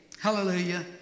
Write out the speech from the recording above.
hallelujah